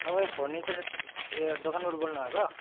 तपाईँ फर्निचर उयो दोकानबाट बोल्नुभएको